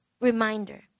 reminder